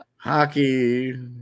Hockey